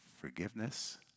forgiveness